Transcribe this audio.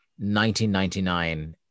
1999